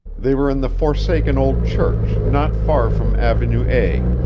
they were in the forsaken old church not far from avenue a,